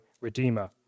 redeemer